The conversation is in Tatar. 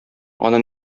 аны